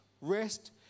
Rest